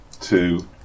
two